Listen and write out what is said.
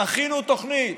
תכינו תוכנית.